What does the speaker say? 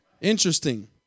Interesting